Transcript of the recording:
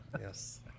yes